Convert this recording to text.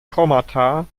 kommata